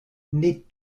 need